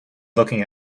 looking